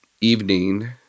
evening